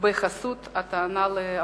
בחסות הטענה לאפליה.